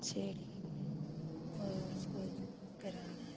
छेड़ी और उसको ए कराना है